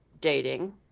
dating